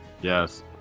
yes